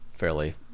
fairly